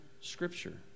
Scripture